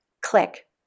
click